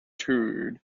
toured